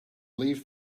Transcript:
leave